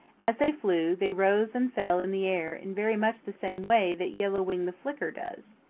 as they flew, they rose and fell in the air in very much the same way that yellow wing the flicker does.